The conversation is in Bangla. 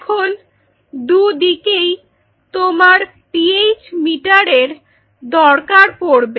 এখন দুদিকেই তোমার পিএইচ মিটার এর দরকার পড়বে